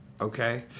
Okay